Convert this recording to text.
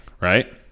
right